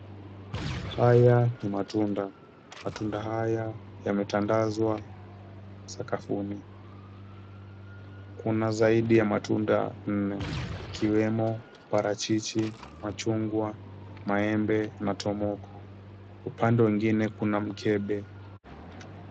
Haya ni matunda. Matunda haya yametandazwa sakafuni. Kuna zaidi ya matunda nne ikiwemo parachichi, machungwa, maembe, matomoko. Upande mwingine kuna mkebe.